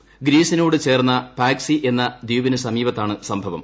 ്ഗ്രീസിനോട് ചേർന്ന പാക്സി എന്ന ദ്വീപിന് സമീപത്താണ് സംഭവം